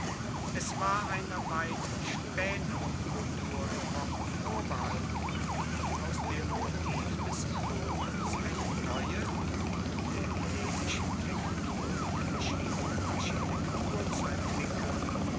es war einer weit spaeteren kulturepoche vorbehalten aus dem motiv des bogens eine neue von der hellenischen tektonik verschiedene architektur zu entwickeln